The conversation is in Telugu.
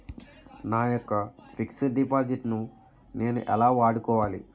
నా యెక్క ఫిక్సడ్ డిపాజిట్ ను నేను ఎలా వాడుకోవాలి?